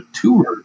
tour